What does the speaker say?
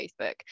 Facebook